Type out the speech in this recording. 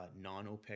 non-oPEC